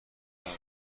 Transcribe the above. دارم